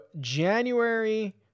January